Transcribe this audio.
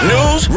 News